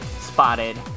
spotted